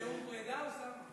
זה נאום פרידה, אוסאמה?